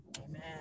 Amen